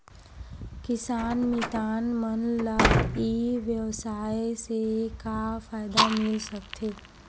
किसान मितान मन ला ई व्यवसाय से का फ़ायदा मिल सकथे?